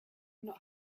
not